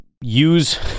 use